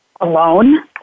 alone